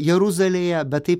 jeruzalėje bet tai